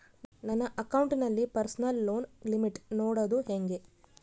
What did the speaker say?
ನನ್ನ ಅಕೌಂಟಿನಲ್ಲಿ personal loan limit ನೋಡದು ಹೆಂಗೆ?